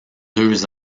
deux